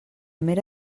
mera